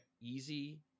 easy